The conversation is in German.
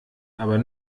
aber